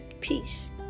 peace